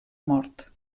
mort